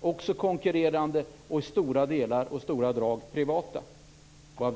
också konkurrerande nät och till stora delar privata. Varför skall vi hindra Telias utveckling? Varför skall det bolaget inte få utvecklas bara för att det råkade vara statligt från början?